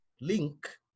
link